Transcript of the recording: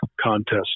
contest